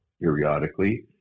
periodically